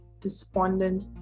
despondent